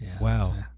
wow